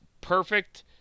perfect